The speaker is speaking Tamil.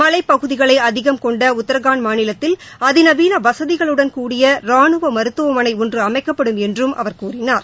மலைப்பகுதிகளை அதிகம் கொண்ட உத்ராகண்ட் மாநிலத்தில் அதிநவீன வசதிகளுடன்கூடிய ரானுவ மருத்துவமனை ஒன்று அமைக்கப்படும் என்றும் அவர் கூறினார்